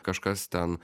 kažkas ten